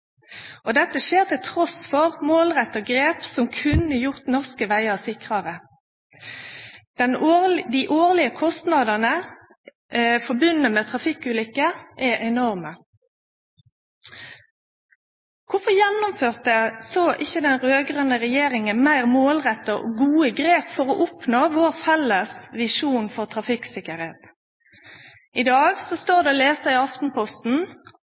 Dette skjer trass målretta grep som kunne gjort norske vegar sikrare. Dei årlege kostnadane forbundne med trafikkulykker, er enorme. Kvifor gjennomførte då ikkje den raud-grøne meir målretta og gode grep for å oppnå vår felles visjon for trafikksikkerheit? I dag står det å lese i Aftenposten